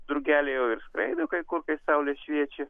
drugeliai jau ir skraido kai kur kai saulė šviečia